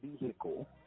vehicle